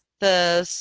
the